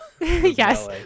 Yes